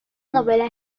novela